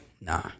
nah